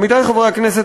עמיתי חברי הכנסת,